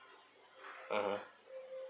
(uh huh)